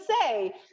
say